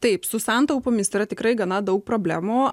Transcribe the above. taip su santaupomis yra tikrai gana daug problemų